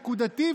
נקודתי,